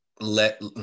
let